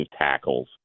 tackles